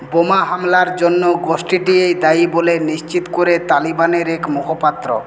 বোমা হামলার জন্য গোষ্ঠীটিই দায়ী বলে নিশ্চিত করে তালিবানের এক মুখপাত্র